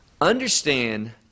Understand